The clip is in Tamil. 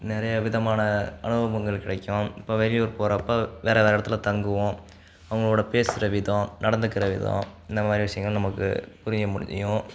நிறையா விதமான அனுபவங்கள் கிடைக்கும் இப்போ வெளியூர் போகிறப்ப வேறு வேறு இடத்துல தங்குவோம் அவங்களோடய பேசுகிற விதம் நடந்துக்கிற விதம் இந்த மாதிரி விஷயங்கள் நமக்கு புரிஞ்சுக் முடியும்